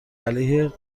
علیه